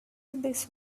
this